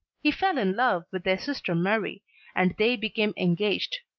he fell in love with their sister marie and they became engaged.